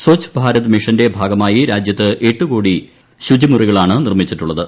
സ്വച്ഛ് ഭാരത് മിഷന്റെ ഭാഗമായി രാജ്യത്ത് എട്ട് കോടി ശുചിമുറികളാണ് നിർമ്മിച്ചിട്ടുള്ളത്